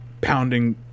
pounding